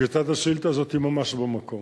כי אתה, את השאילתא הזו, ממש במקום.